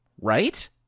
right